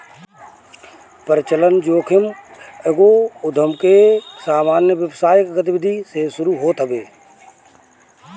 परिचलन जोखिम एगो उधम के सामान्य व्यावसायिक गतिविधि से शुरू होत हवे